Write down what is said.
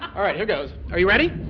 all right, here goes. are you ready?